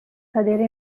cadere